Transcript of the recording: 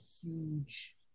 huge